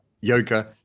yoga